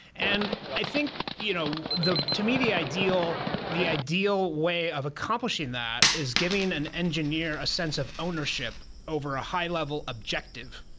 and i think you know to me the ideal the ideal way of accomplishing that is giving an engineer a sense of ownership over a high level objective,